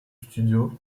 studio